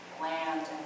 land